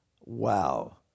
wow